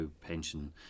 pension